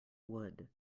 wood